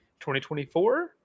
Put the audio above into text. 2024